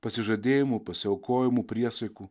pasižadėjimų pasiaukojimų priesaikų